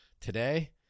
today